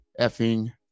effing